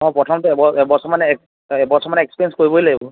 অঁ প্ৰথমটো এবৰমানে এবছৰমানে এক্সপেৰিয়েঞ্চ কৰিবই লাগিব